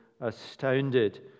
astounded